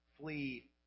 flee